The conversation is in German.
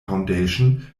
foundation